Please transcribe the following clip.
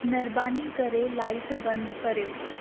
महिरबानी करे लाइट बंदि कयो